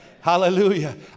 Hallelujah